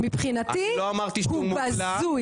מבחינתי הוא בזוי.